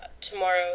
tomorrow